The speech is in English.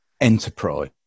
enterprise